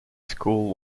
school